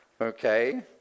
Okay